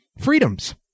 freedoms